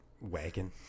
wagon